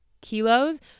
kilos